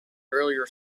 earlier